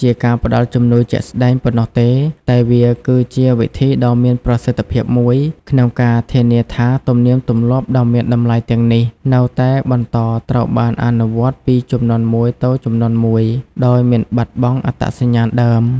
ជាការផ្តល់ជំនួយជាក់ស្តែងប៉ុណ្ណោះទេ តែវាគឺជា វិធីដ៏មានប្រសិទ្ធភាពមួយក្នុងការធានាថាទំនៀមទម្លាប់ដ៏មានតម្លៃទាំងនេះនៅតែបន្តត្រូវបានអនុវត្តពីជំនាន់មួយទៅជំនាន់មួយ ដោយមិនបាត់បង់អត្តសញ្ញាណដើម។